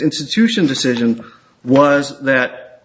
institutions decision was that